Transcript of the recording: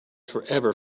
forever